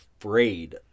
afraid